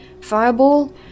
Fireball